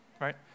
right